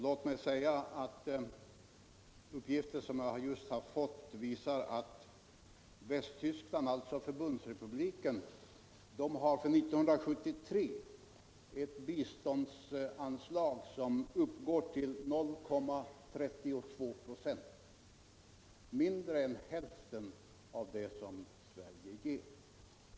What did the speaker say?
Låt mig säga att uppgifter som jag just har fått visar att Förbundsrepubliken Västtyskland för 1973 har ett biståndsanslag som uppgår till 0,32 96, mindre än hälften av det som Sverige ger.